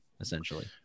essentially